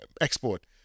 export